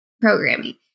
programming